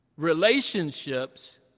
relationships